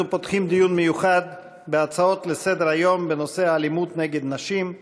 אנחנו פותחים דיון מיוחד בהצעות לסדר-היום בנושא האלימות נגד נשים,